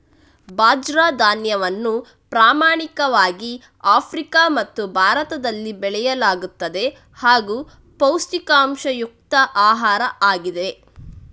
ಬಾಜ್ರ ಧಾನ್ಯವನ್ನು ಪ್ರಾಥಮಿಕವಾಗಿ ಆಫ್ರಿಕಾ ಮತ್ತು ಭಾರತದಲ್ಲಿ ಬೆಳೆಯಲಾಗುತ್ತದೆ ಹಾಗೂ ಪೌಷ್ಟಿಕಾಂಶಯುಕ್ತ ಆಹಾರ ಆಗಿವೆ